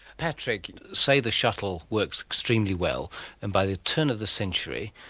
patrick, say the shuttle works extremely well and by the turn of the century,